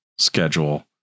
schedule